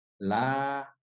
la